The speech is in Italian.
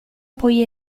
poi